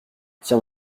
tiens